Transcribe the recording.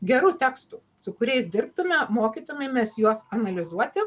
gerų tekstų su kuriais dirbtume mokytumėmės juos analizuoti